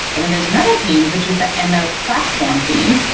then there's another team which is the and ml platform team,